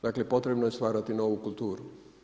Dakle potrebno je stvarati novu kulturu.